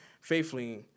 faithfully